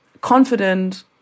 confident